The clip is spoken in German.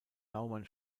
naumann